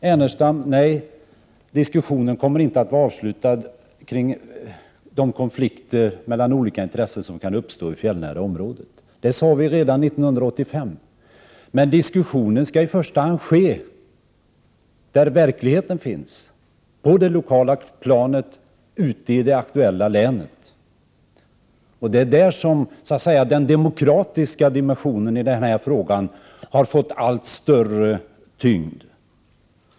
Till Lars Ernestam vill jag säga: Nej, diskussionen kring de konflikter mellan olika intressen som kan uppstå i fjällnära områden kommer inte att vara avslutad. Det sade vi redan 1985. Men diskussionen skall i första hand ske på det lokala planet ute i det aktuella länet. Det är där den demokratiska dimensionen i den här frågan har fått allt större tyngd.